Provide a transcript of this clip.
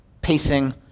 pacing